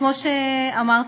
כמו שאמרת,